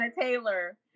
Taylor